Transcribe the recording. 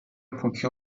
پوکی